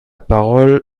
parole